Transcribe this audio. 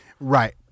right